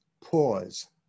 pause